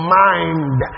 mind